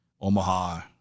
Omaha